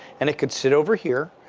and it could sit over here.